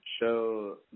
show